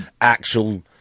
actual